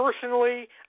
personally